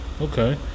Okay